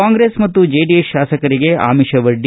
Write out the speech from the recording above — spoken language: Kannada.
ಕಾಂಗ್ರೆಸ್ ಮತ್ತು ಜೆಡಿಎಸ್ ಶಾಸಕರಿಗೆ ಆಮಿಷ ಒಡ್ಡಿ